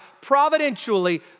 providentially